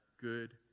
good